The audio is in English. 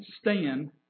stand